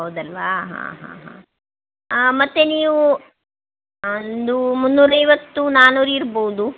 ಹೌದಲ್ವ ಹಾಂ ಹಾಂ ಹಾಂ ಮತ್ತೆ ನೀವು ಒಂದು ಮುನ್ನೂರೈವತ್ತು ನಾನ್ನೂರು ಇರ್ಬೋದು